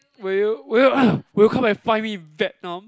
will you will you will you come and find me in Vietnam